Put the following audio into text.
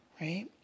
Right